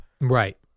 right